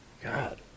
God